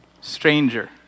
Stranger